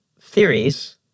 theories